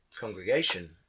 congregation